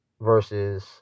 versus